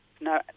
no